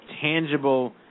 tangible